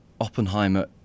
Oppenheimer